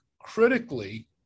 critically